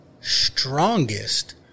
strongest